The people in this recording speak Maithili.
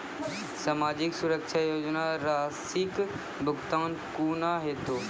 समाजिक सुरक्षा योजना राशिक भुगतान कूना हेतै?